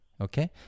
okay